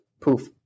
poof